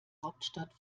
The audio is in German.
hauptstadt